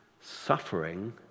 suffering